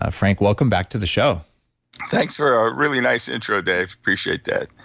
ah frank, welcome back to the show thanks for a really nice intro, dave, appreciate that